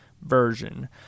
version